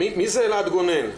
מי זה אלעד גונן?